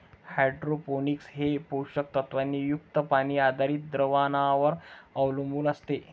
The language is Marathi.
हायड्रोपोनिक्स हे पोषक तत्वांनी युक्त पाणी आधारित द्रावणांवर अवलंबून असते